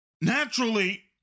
Naturally